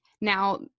now